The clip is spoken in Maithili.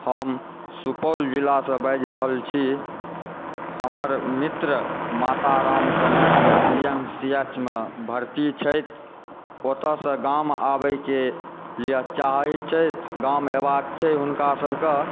हम सुपौल जिलासँ बाजि रहल छी हमर मित्र मातारामकेँ लए कऽ पीएमसीएचमे भर्ती छथि ओतयसँ गाम आबयकेँ लिए चाहै छथि गाम अयबाक छै हुनका सबके